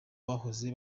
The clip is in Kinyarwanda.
bahoze